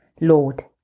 Lord